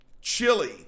chili